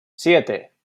siete